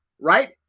right